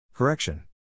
Correction